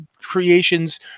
creations